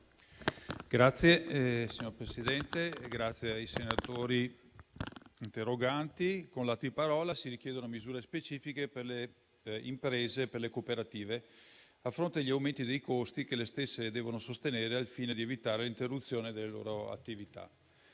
Italy*. Signor Presidente, onorevoli senatori interroganti, con l'atto in parola si richiedono misure specifiche per le imprese e per le cooperative a fronte degli aumenti dei costi che le stesse devono sostenere, al fine di evitare l'interruzione delle loro attività;